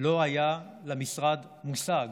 לא היה למשרד מושג